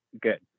good